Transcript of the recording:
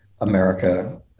America